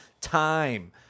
time